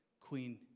Queen